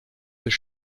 des